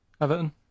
Everton